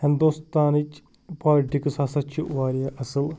ہندوستانٕچ پالٹِکس ہَسا چھِ وارِیاہ اصٕل